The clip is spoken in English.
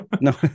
No